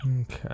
okay